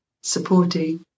supporting